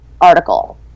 article